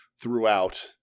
throughout